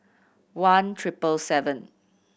one triple seven